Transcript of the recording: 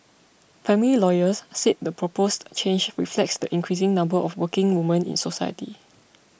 family lawyers said the proposed change reflects the increasing number of working women in society